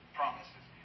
promises